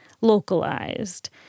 localized